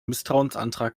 misstrauensantrag